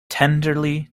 tenderly